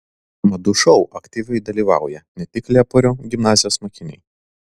madų šou aktyviai dalyvauja ne tik lieporių gimnazijos mokiniai